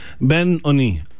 Ben-Oni